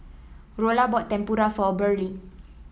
Rolla bought Tempura for Burley